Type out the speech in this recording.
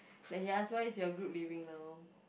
then he ask why is your group leaving now